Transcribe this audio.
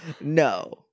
No